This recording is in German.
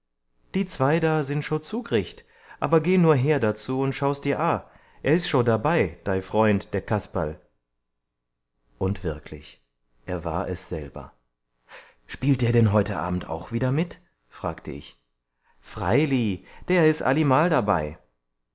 die zwei da sind scho zug'richt aber geh nur her dazu und schau's dir a er is scho dabei dei freund der kasperl und wirklich er war es selber spielt denn der heute abend auch wieder mit fragte ich freili der is allimal dabei